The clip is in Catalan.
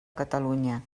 catalunya